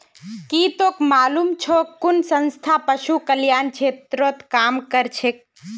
की तोक मालूम छोक कुन संस्था पशु कल्याण क्षेत्रत काम करछेक